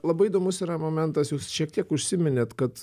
labai įdomus yra momentas jūs šiek tiek užsiminėt kad